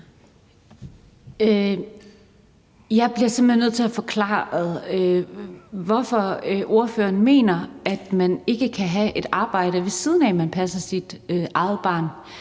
simpelt hen nødt til at få forklaret, hvorfor ordføreren mener, at man ikke kan have et arbejde, ved siden af at man passer sit eget barn.